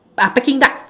peking duck